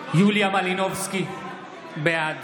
(קורא בשמות חברי הכנסת) יוליה מלינובסקי, בעד